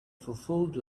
fulfilled